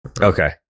okay